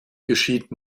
geschieht